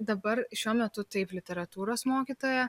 dabar šiuo metu taip literatūros mokytoja